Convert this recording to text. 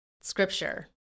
scripture